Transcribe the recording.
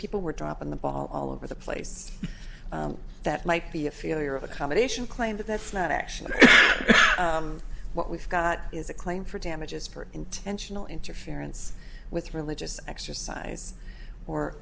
people were dropping the ball all over the place that might be a failure of accommodation claim that that's not actually what we've got is a claim for damages for intentional interference with religious exercise or